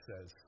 says